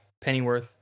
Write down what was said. Pennyworth